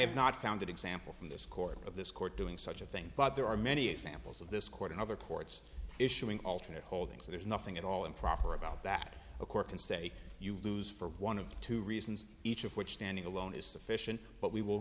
have not found an example from this court of this court doing such a thing but there are many examples of this court and other courts issuing alternate holding so there's nothing at all improper about that a court can say you lose for one of two reasons each of which standing alone is sufficient but we will